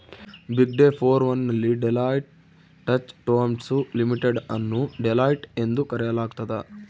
ಬಿಗ್ಡೆ four one ನಲ್ಲಿ Deloitte touche Tohmatsu limited ಅನ್ನು Deloitte ಎಂದು ಕರೆಯಲಾಗ್ತದ